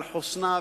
על חוסנה,